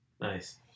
Nice